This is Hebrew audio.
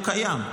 הוא קיים.